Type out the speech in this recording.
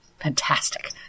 fantastic